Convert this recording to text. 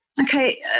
Okay